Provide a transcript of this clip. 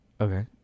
okay